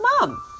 mom